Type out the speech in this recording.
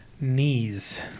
Knees